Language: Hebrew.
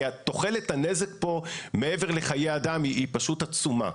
כי תוחלת הנזק פה, מעבר לחיי אדם, היא פשוט עצומה.